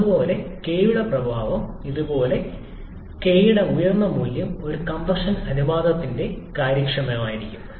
അതുപോലെ k ന്റെ പ്രഭാവം ഇതുപോലെയാണ് k ന്റെ ഉയർന്ന മൂല്യം ഒരു നിശ്ചിത കംപ്രഷൻ അനുപാതത്തിന്റെ കാര്യക്ഷമതയായിരിക്കും